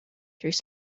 through